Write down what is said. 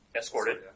escorted